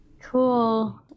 cool